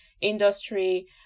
industry